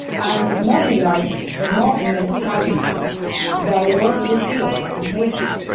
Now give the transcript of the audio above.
and mobilize a mob mentality that works with fear and hatred.